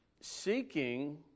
Seeking